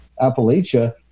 Appalachia